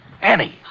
Annie